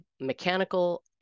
mechanical